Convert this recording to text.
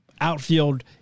outfield